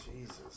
Jesus